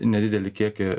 nedidelį kiekį